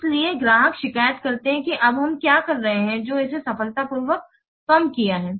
इसलिए ग्राहक शिकायत करते हैं कि अब हम क्या कर रहे हैं जो इसे सफलतापूर्वक कम किया है